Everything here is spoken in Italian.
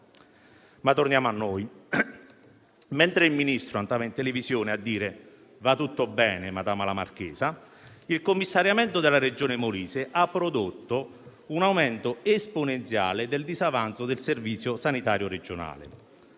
Ma torniamo a noi: mentre il Ministro andava in televisione a dire che va tutto bene, madama la marchesa, il commissariamento della Regione Molise ha prodotto un aumento esponenziale del disavanzo del servizio sanitario regionale,